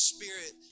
Spirit